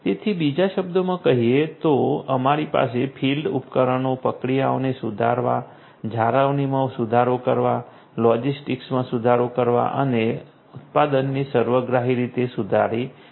તેથી બીજા શબ્દોમાં કહીએ તો અમારી પાસે ફિલ્ડ ઉપકરણો પ્રક્રિયાઓને સુધારવા જાળવણીમાં સુધારો કરવા લોજિસ્ટિક્સમાં સુધારો કરવા અને ઉત્પાદનને સર્વગ્રાહી રીતે સુધારી શકે છે